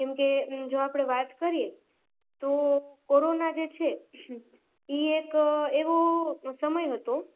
કેમકે જો આપડે વાત કરીએ તો કોરોના જે છે એ એક એવો સમય હતો